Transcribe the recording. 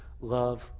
love